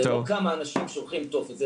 זה לא כמה אנשים שולחים טופס,